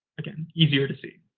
again, easier to see.